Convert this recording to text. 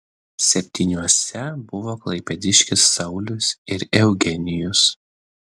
septyniuose buvo klaipėdiškis saulius ir eugenijus